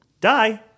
Die